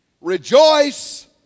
Rejoice